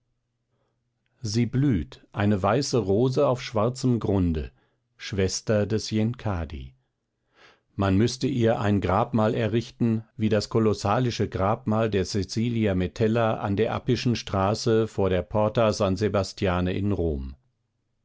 sie blüht eine weiße rose auf schwarzem grunde schwester des yenkadi man müßte ihr ein grabmal errichten wie das kolossalische grabmal der cecilia metella an der appischen straße vor der porta san sebastiane in rom